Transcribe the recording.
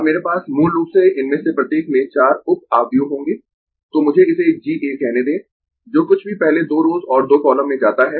अब मेरे पास मूल रूप से इनमें से प्रत्येक में चार उप आव्यूह होंगें तो मुझे इसे G A कहने दें जो कुछ भी पहले 2 रोस और 2 कॉलम में जाता है